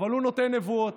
אבל הוא נותן נבואות.